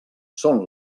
són